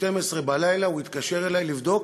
ב-24:00 הוא התקשר אלי לבדוק